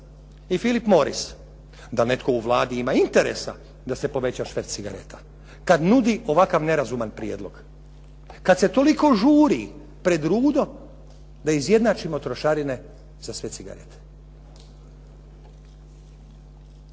"Philip Moris", da li netko u Vladi ima interesa da se poveća šverc cigareta, kada nudi ovakav nerazuman prijedlog, kada se toliko žuri pred rudo da izjednačimo trošarine za sve cigarete.